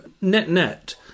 net-net